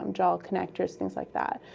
um draw connectors, things like that.